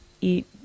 eat